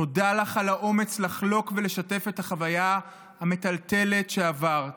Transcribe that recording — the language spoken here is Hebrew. תודה לך על האומץ לחלוק ולשתף את החוויה המטלטלת שעברת,